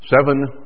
seven